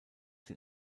den